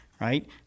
right